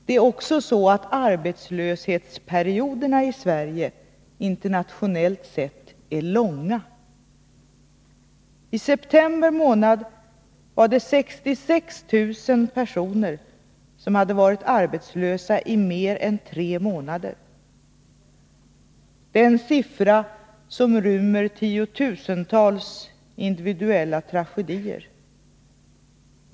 Det är också så, att arbetslöshetsperioderna i Sverige internationellt sett är långa. I september månad var det 66 000 personer som hade varit arbetslösa i mer än tre månader. Det är en siffra som rymmer tiotusentals individuella tragedier.